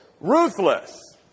ruthless